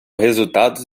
resultados